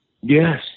Yes